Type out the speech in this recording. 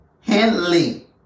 Henley